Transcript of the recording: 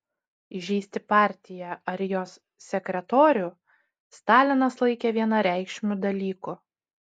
įžeisti partiją ar jos sekretorių stalinas laikė vienareikšmiu dalyku